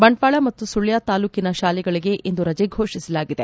ಬಂಟ್ವಾಳ ಮತ್ತು ಸುಳ್ಯ ತಾಲೂಕಿನ ಶಾಲೆಗಳಿಗೆ ಇಂದು ರಜೆ ಘೋಷಿಸಲಾಗಿದೆ